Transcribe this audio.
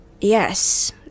Yes